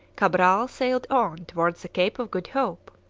cabral sailed on towards the cape of good hope.